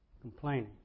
complaining